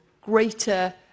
greater